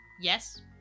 Yes